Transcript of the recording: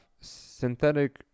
synthetic